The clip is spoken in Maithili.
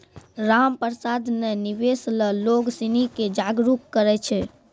रामप्रसाद ने निवेश ल लोग सिनी के जागरूक करय छै